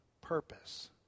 purpose